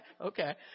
Okay